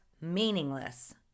meaningless